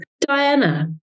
Diana